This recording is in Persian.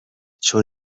چون